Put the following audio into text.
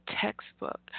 textbook